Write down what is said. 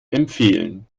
empfehlen